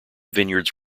vineyards